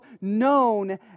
known